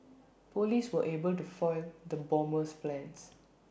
Police were able to foil the bomber's plans